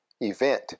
event